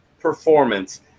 performance